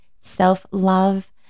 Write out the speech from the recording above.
self-love